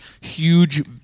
huge